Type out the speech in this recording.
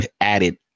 added